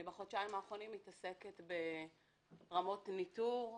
בחודשיים האחרונים אני מתעסקת ברמות ניטור,